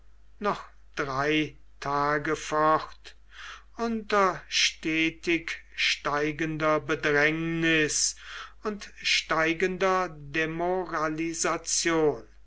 noch drei tage fort unter stetig steigender bedrängnis und steigender demoralisation